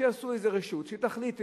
שיעשו איזו רשות שתחליט,